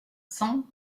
cents